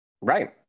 right